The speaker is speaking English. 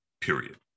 period